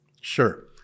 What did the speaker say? Sure